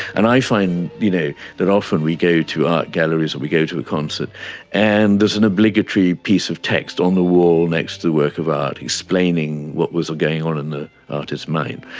and i find you know that often we go to art galleries or we go to a concert and there is an obligatory piece of text on the wall next to the work of art explaining what was going on in the artist's mind,